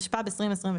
התשפ"ב-2022